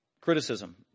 Criticism